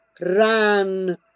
Ran